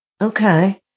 Okay